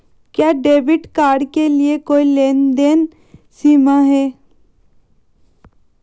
क्या debit card के लिए कोई लेनदेन सीमा है?